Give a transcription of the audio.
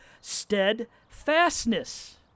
steadfastness